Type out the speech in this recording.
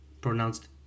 pronounced